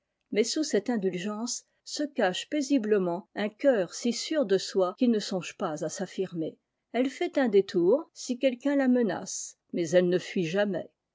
mais sous cette indulgence se cache paisiblement un cœur si sûr de soi qu'il ne songe pa à s'affirmer elle fait un détour si quelqu'ut a menace mais elle ne fuit jamais